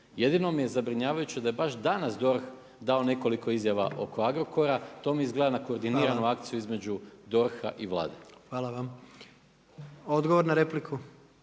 Jedno mi je zabrinjavajuće da je baš danas DORH dao nekoliko izjava oko Agrokora, to mi izgleda na koordiniranu akciju između DORH-a i Vlade. **Jandroković,